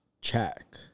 check